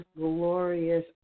glorious